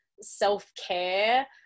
self-care